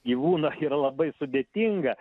gyvūną yra labai sudėtinga